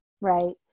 right